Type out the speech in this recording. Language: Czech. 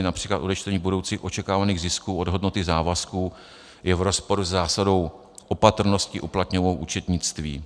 Například odečtení budoucích očekávaných zisků od hodnoty závazků je v rozporu se zásadou opatrnosti uplatňovanou v účetnictví.